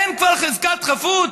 אין כבר חזקת חפות?